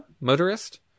Motorist